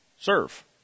serve